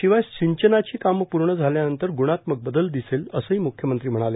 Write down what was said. शिवाय सिंचनाची कामे पूर्ण झाल्यानंतर ग्णात्मक बदल दिसेल असेही म्ख्यमंत्री म्हणाले